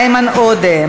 איימן עודה,